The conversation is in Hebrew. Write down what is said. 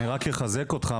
אני רק אחזק אותך,